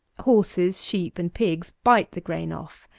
horses, sheep, and pigs, bite the grain off,